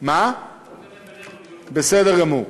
בסדר גמור.